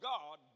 God